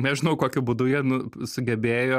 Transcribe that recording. nežinau kokiu būdu jie nu sugebėjo